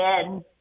again